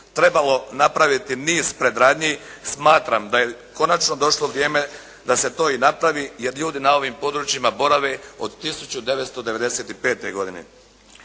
trebalo napraviti niz predradnji smatram da je konačno došlo vrijeme da se to i napravi, jer ljudi na ovim područjima borave od 1995. godine.